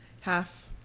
Half